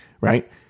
right